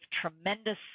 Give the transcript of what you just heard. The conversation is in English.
tremendous